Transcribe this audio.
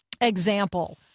example